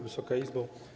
Wysoka Izbo!